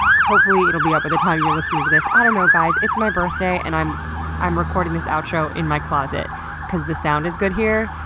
hopefully it will be up by the time you're listening to this. i don't know guys. it's my birthday and i'm i'm recording this outro in my closet because the sound is good here.